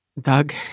Doug